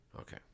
Okay